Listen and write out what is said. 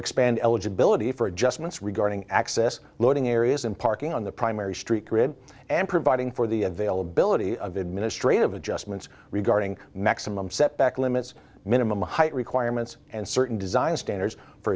expand eligibility for adjustments regarding access loading areas and parking on the primary street grid and providing for the availability of administrative adjustments regarding maximum setback limits minimum height requirements and certain design standards for